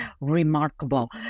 remarkable